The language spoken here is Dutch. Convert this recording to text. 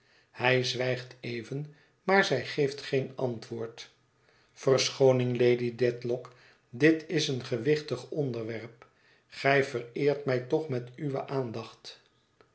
hij zwijgt even maar zij geeft geen antwoord verschooning lady dediock dit is een gewichtig onderwerp ü ij vereert mij toch met uwe aandacht